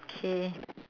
okay